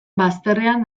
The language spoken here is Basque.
bazterrean